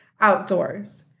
outdoors